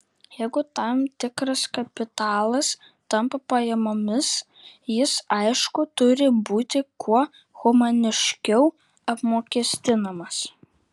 jeigu tam tikras kapitalas tampa pajamomis jis aišku turi būti kuo humaniškiau apmokestinamas